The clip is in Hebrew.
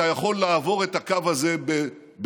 אתה יכול לעבור את הקו הזה בשגגה,